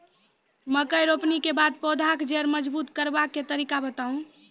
मकय रोपनी के बाद पौधाक जैर मजबूत करबा के तरीका बताऊ?